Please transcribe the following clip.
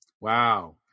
Wow